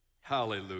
Hallelujah